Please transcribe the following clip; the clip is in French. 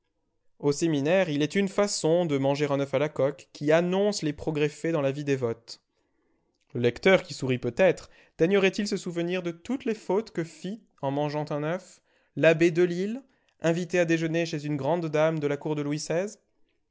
au séminaire il est une façon de manger un ouf à la coque qui annonce les progrès faits dans la vie dévote le lecteur qui sourit peut-être daignerait il se souvenir de toutes les fautes que fit en mangeant un ouf l'abbé delille invité à déjeuner chez une grande dame de la cour de louis